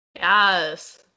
Yes